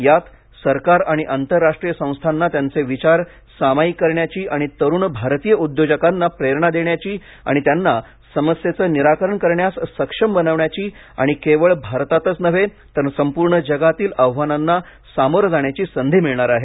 यात सरकार आणि आंतरराष्ट्रीय संस्थांना त्यांचे विचार सामायिक करण्याची आणि तरुण भारतीय उद्योजकांना प्रेरणा देण्याची आणि त्यांना समस्येचे निराकरण करण्यास सक्षम बनविण्याची आणि केवळ भारतातच नव्हे तर संपूर्ण जगातील आव्हानांना सामोरे जाण्याची संधी मिळणर आहे